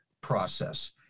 process